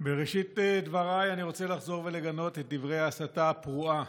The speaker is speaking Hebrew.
בראשית דבריי אני רוצה לחזור ולגנות את דברי ההסתה הפרועה